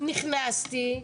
נכנסתי,